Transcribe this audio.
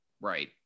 Right